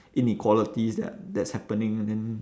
inequalities that are that's happening then